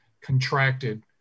contracted